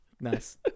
nice